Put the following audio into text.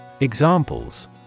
Examples